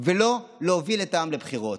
ולא להוביל את העם לבחירות,